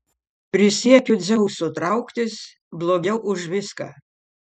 prisiekiu dzeusu trauktis blogiau už viską